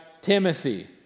Timothy